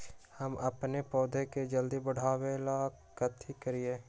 हम अपन पौधा के जल्दी बाढ़आवेला कथि करिए?